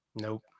Nope